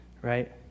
right